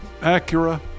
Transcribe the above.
Acura